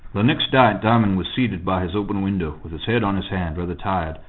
the next night diamond was seated by his open window, with his head on his hand, rather tired,